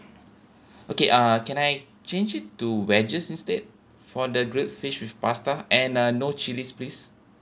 okay uh can I change it to wedges instead for the grilled fish with pasta and uh no chillis please